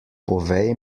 povej